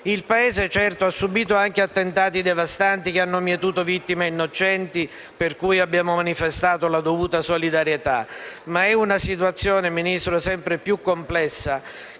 Il Paese, certo, ha subito anche attentati devastanti che hanno mietuto vittime innocenti, per cui abbiamo manifestato la dovuta solidarietà. Ma la situazione, Ministro, è sempre più complessa